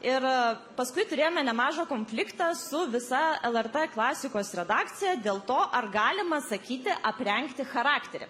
ir paskui turėjome nemažą konfliktą su visa lrt klasikos redakcija dėl to ar galima sakyti aprengti charakterį